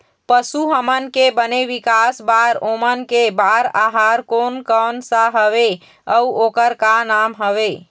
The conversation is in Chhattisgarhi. पशु हमन के बने विकास बार ओमन के बार आहार कोन कौन सा हवे अऊ ओकर का नाम हवे?